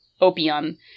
opium